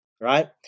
right